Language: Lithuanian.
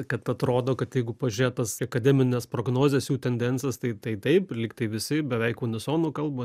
kad atrodo kad jeigu pažiūrėt tas akademines prognozes tendencijas tai tai taip lygtai visi beveik unisonu kalba